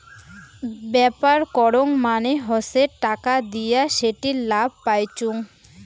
ব্যাপার করং মানে হসে টাকা দিয়া সেটির লাভ পাইচুঙ